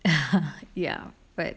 ya but